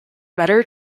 better